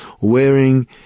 wearing